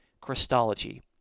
Christology